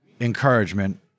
encouragement